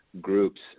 groups